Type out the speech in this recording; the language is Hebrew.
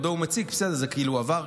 זה עבר כבר.